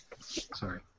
Sorry